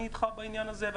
אני איתך בעניין הזה.